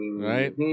Right